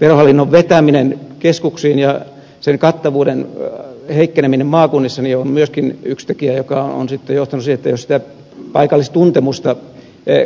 verohallinnon vetäminen keskuksiin ja sen kattavuuden heikkeneminen maakunnissa on myöskin yksi tekijä joka on sitten johtanut siihen jos sitä paikallistuntemusta